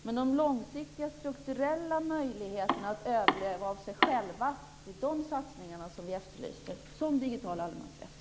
Men långsiktiga strukturella satsningar för att överleva är sådana satsningar som vi efterlyser, t.ex. digital allemansrätt.